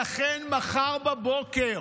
לכן, מחר בבוקר